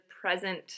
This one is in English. present